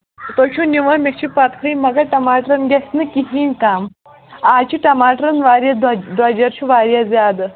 تُہۍ چھِو نِوان مےٚ چھُ پَتہے مگر ٹَماٹرَن گژھِ نہٕ کِہیٖنٛۍ کَم اَز چھِ ٹَماٹرَس واریاہ درٛۅجر چھُ واریاہ زیادٕ